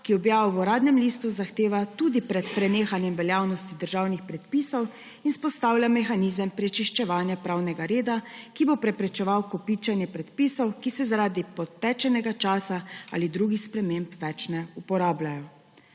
ki objavo v Uradnem listu zahteva tudi pred prenehanjem veljavnosti državnih predpisov, izpostavlja se mehanizem prečiščevanja pravnega reda, ki bo preprečeval kopičenje predpisov, ki se zaradi potečenega časa ali drugih sprememb več ne uporabljajo.